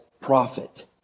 prophet